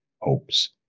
hopes